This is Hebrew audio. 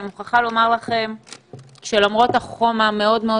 אני מוכרחה לומר לכם שלמרות החום המאוד מאוד